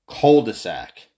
cul-de-sac